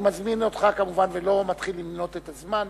אני מזמין אותך, כמובן, ולא מתחיל למנות את הזמן.